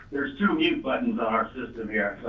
there's two mute buttons on our system here.